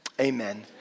amen